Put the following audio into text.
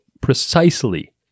precisely